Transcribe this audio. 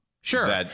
sure